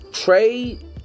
Trade